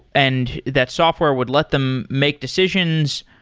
and that software would let them make decisions.